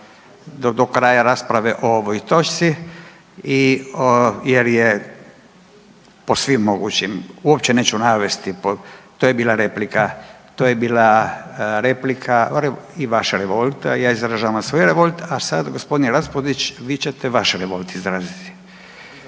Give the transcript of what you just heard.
do kraja rasprave o ovoj točci jel je po svim mogućim, uopće neću navesti, to je bila replika, to je bila replika i vaš revolt. Ja izražavam svoj revolt. A sad g. Raspudić vi ćete vaš revolt izraziti.